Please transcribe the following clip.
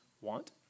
want